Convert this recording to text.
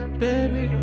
baby